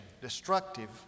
destructive